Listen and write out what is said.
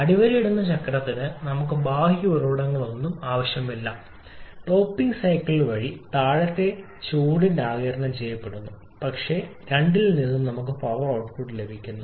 അടിവരയിടുന്ന ചക്രത്തിന് നമുക്ക് ബാഹ്യ ഉറവിടങ്ങളൊന്നും ആവശ്യമില്ല ടോപ്പിംഗ് സൈക്കിൾ വഴി താഴത്തെ ചക്രത്തിൽ ചൂട് ആഗിരണം ചെയ്യപ്പെടുന്നു പക്ഷേ രണ്ടിൽ നിന്നും പവർ ഔട്ട്പുട്ട് ലഭിക്കുന്നു